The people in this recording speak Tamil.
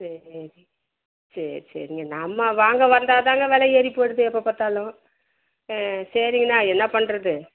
சரி சரி சரிங்க நம்ம வாங்க வந்தாதாங்க விலை ஏறிப்போய்விடுது எப்போ பார்த்தாலும் ஆ சரிங்கண்ணா என்ன பண்ணுறது